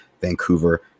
Vancouver